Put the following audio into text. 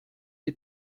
die